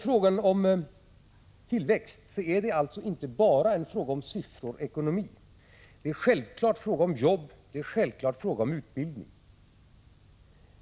Frågan om tillväxten är alltså inte bara en fråga om siffror och ekonomi. Det är självfallet en fråga om jobb och om utbildning.